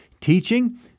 teaching